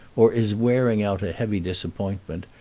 or is wearing out a heavy disappointment,